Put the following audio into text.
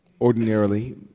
ordinarily